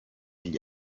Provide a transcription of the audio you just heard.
gli